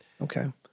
Okay